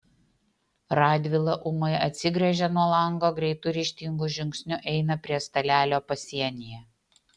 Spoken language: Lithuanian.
radvila ūmai atsigręžia nuo lango greitu ryžtingu žingsniu eina prie stalelio pasienyje